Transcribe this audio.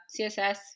CSS